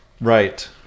Right